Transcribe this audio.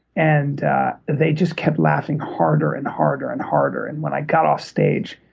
and they just kept laughing harder and harder and harder. and when i got offstage,